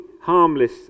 harmless